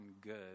good